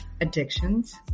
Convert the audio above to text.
addictions